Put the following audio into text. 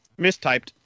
Mistyped